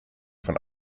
von